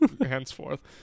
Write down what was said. henceforth